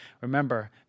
Remember